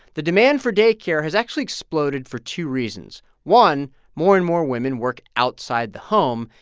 the demand for day care has actually exploded for two reasons. one more and more women work outside the home.